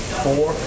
four